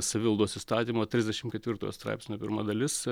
savivaldos įstatymo trisdešim ketvirtojo straipsnio pirma dalis